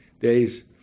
days